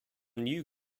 new